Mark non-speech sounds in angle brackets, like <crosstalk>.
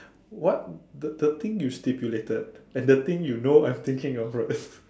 what the the thing you stipulated and the thing you know I'm thinking of right <laughs>